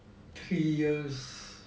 three years